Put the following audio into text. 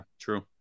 true